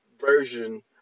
version